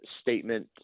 statement